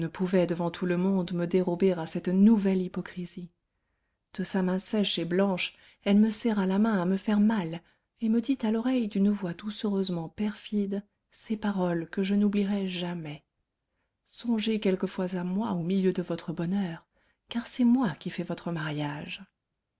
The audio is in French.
pouvais devant tout le monde me dérober à cette nouvelle hypocrisie de sa main sèche et blanche elle me serra la main à me faire mal et me dit à l'oreille d'une voix doucereusement perfide ces paroles que je n'oublierai jamais songez quelquefois à moi au milieu de votre bonheur car c'est moi qui fais votre mariage